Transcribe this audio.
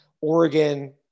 Oregon